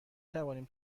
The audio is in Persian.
توانیم